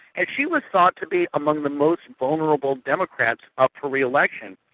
and she was thought to be among the most vulnerable democrats up for re-election.